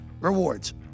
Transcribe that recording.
rewards